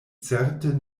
certe